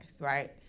right